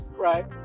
right